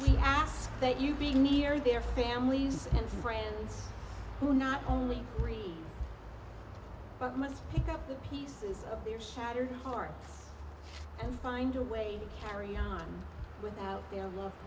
we ask that you being near their families and friends who not only read but must pick up the pieces of their shattered hearts and find a way to carry on without their loved